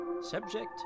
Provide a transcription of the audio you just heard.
subject